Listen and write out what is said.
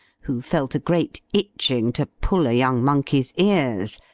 who felt a great itching to pull a young monkey's ears,